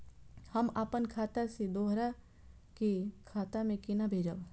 हम आपन खाता से दोहरा के खाता में केना भेजब?